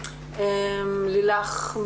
לילך,